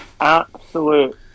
absolute